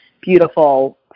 beautiful